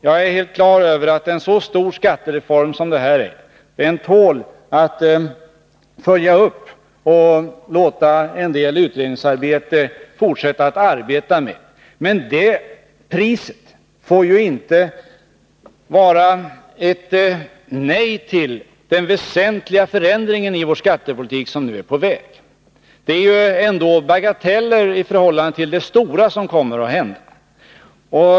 Jag är på det klara med att en så stor skattereform som det här är fråga om tål att följas upp och bli föremål för fortsatt utredningsarbete. Men priset får inte vara ett nej till den väsentliga förändring av vår skattepolitik som nu är på väg. Det är ändå bageteller i förhållande till det stora som kommer att hända.